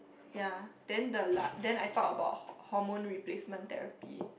ya then the la~ then I talk about hor~ hormone replacement therapy